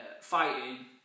fighting